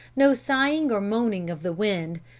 no sighing nor moaning of the wind,